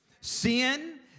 Sin